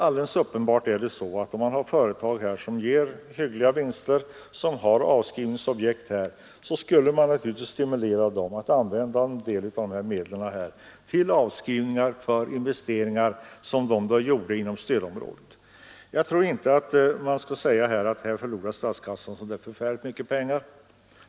Alldeles uppenbart är det så att man kan stimulera företag inom ett område som ger hyggliga vinster och som har avskrivningsobjekt att använda en del av vinstmedlen till avskrivningar för investeringar, som de gjort inom stödområdet. Jag tror inte att statskassan förlorade särskilt mycket pengar på det.